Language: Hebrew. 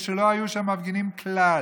כשלא היו שם מפגינים כלל.